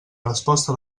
resposta